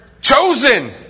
chosen